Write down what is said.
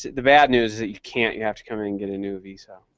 the bad news is that you can't. you have to come in and get a new visa.